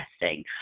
interesting